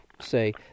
say